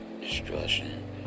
destruction